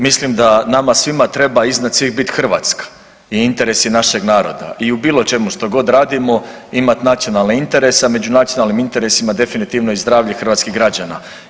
Mislim da nama svima treba iznad svih biti Hrvatska i interesi našeg naroda i u bilo čemu što god radimo imat nacionalne interese, a među nacionalnim interesima definitivno i zdravlje hrvatskih građana.